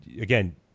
again